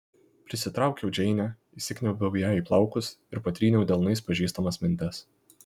prisitraukiau džeinę įsikniaubiau jai į plaukus ir patryniau delnais pažįstamas mentes